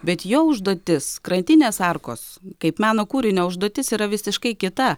bet jo užduotis krantinės arkos kaip meno kūrinio užduotis yra visiškai kita